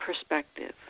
perspective